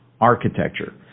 architecture